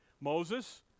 Moses